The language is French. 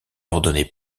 ordonné